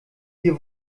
hier